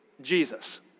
Jesus